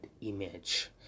image